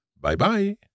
Bye-bye